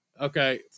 Okay